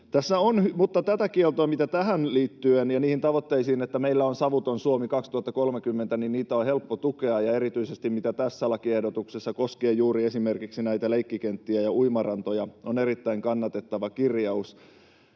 laitaan. Tätä kieltoa, mitä liittyy tähän ja niihin tavoitteisiin, että meillä on savuton Suomi 2030, on helppo tukea. Erityisesti se, mitä tässä lakiehdotuksessa on koskien esimerkiksi juuri leikkikenttiä ja uimarantoja, on erittäin kannatettava kirjaus.